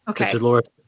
Okay